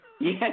Yes